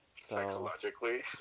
Psychologically